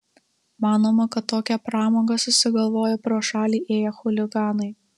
manoma kad tokią pramogą susigalvojo pro šalį ėję chuliganai